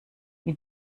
wie